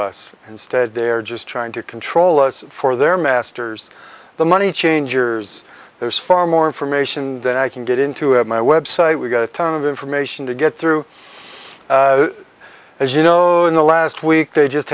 us instead they're just trying to control us for their masters the money changers there's far more information than i can get into at my website we've got a ton of information to get through as you know in the last week they just